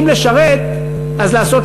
ואם לשרת, אז לעשות